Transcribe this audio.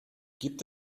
gibt